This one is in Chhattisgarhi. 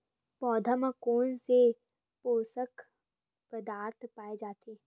पौधा मा कोन से पोषक पदार्थ पाए जाथे?